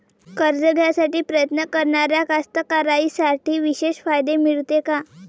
कर्ज घ्यासाठी प्रयत्न करणाऱ्या कास्तकाराइसाठी विशेष फायदे मिळते का?